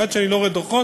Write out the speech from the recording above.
עד שאני לא רואה דוחות,